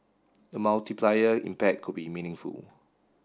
the multiplier impact could be meaningful